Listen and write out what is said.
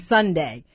Sunday –